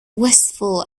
wistful